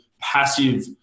passive